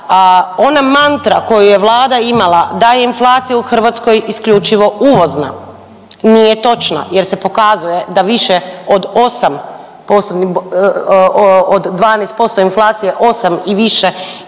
ona mantra koju je Vlada imala da je inflacija u Hrvatskoj isključivo uvozna nije točna jer se pokazuje da više od 8 od 12% inflacije, 8 i više